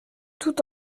tout